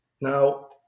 Now